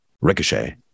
ricochet